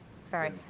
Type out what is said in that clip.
Sorry